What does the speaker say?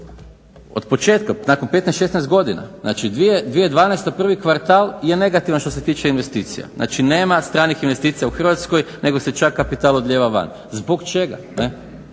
od početka, nakon 15, 16 godina. Znači, 2012. prvi kvartal je negativan što se tiče investicija. Znači, nema stranih investicija u Hrvatskoj nego se čak kapital odlijeva van. Zbog čega?